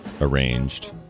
arranged